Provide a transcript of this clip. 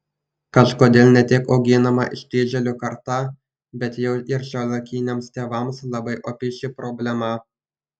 kažkodėl ne tik auginama ištižėlių karta bet jau ir šiuolaikiniams tėvams labai opi ši problema